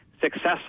successful